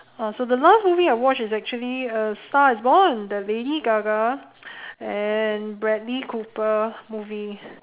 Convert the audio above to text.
uh so the last movie I watched is actually a star is born the lady-gaga and bradley-cooper movie